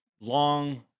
long